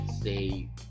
Say